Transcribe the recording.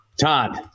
Todd